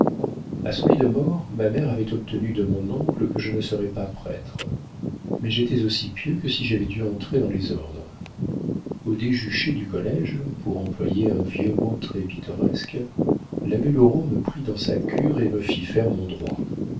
a son lit de mort ma mère avait obtenu de mon oncle que je ne serais pas prêtre mais j'étais aussi pieux que si j'avais dû entrer dans les ordres au déjucher du collége pour employer un vieux mot très pittoresque l'abbé loraux me prit dans sa cure et me fit faire mon droit